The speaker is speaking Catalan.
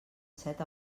set